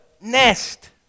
nest